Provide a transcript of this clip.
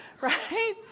Right